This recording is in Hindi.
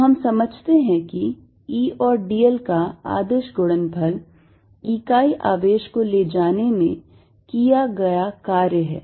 तो हम समझते हैं कि E और dl का अदिश गुणनफल इकाई आवेश को ले जाने में किया गया कार्य है